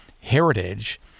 heritage